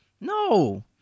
No